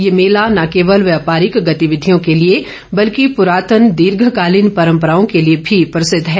ये मेला न केवल व्यापारिक गतिविधियों के लिए बल्कि प्ररात्न दीर्घकालीन परम्पराओं के लिए भी प्रसिद्व है